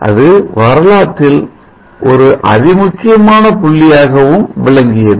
அது வரலாற்றில் ஒரு அதிமுக்கியமான புள்ளியாக விளங்கியது